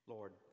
Lord